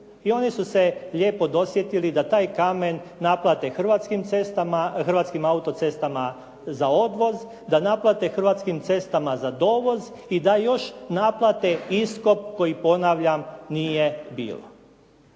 I oni su se lijepo dosjetili da taj kamen naplate Hrvatskim autocestama za odvoz, da naplate Hrvatskim cestama za dovoz i da još naplate iskop, koji ponavljam, nije bilo.